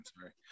Sorry